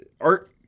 art